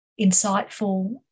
insightful